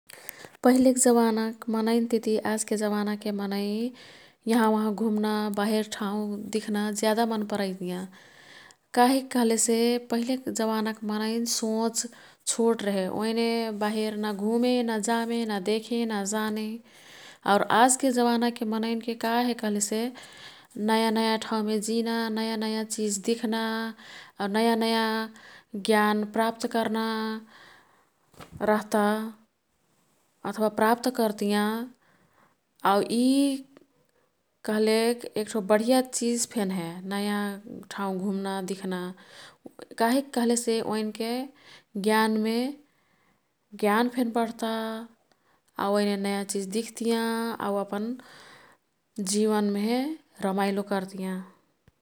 पहिलेक जवानक मनैन्तिती आजके जवानाके मनै यहाँ वहाँ घुम्ना, बाहिर ठाउँ दिख्ना ज्यादा मन् परैतियाँ। कहिक कह्लेसे पहिलेक जवानाक् मनैन् सोच छोट रेहे। ओईने बाहिर ना घुमें, ना जमें, ना देखें, ना जाने आउर आजके जवानाके मनैन्के काहे कह्लेसे नयाँ नयाँ ठाउँमे जिना, नयाँ नयाँ चिज दिख्ना आऊ नयाँ नयाँ ज्ञान प्राप्त कर्ना रह्ता अथवा प्राप्त कर्तियाँ। आउ यी कह्लेक एक्ठो बढिया चिज फेन हे नयाँ ठाउँ घुम्ना ,दिख्ना काहिक कह्लेसे ओईन्के ज्ञानमे, ज्ञान फेन बढ्ता आउ ओईने नयाँ चिज दिख्तियाँ आउ अपन जीवनमेहे रमाइलो कर्तियाँ।